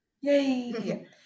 Yay